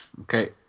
Okay